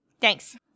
Thanks